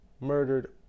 murdered